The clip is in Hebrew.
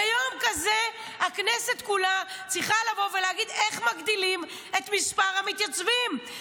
ביום כזה הכנסת כולה צריכה לבוא ולהגיד איך מגדילים את מספר המתייצבים,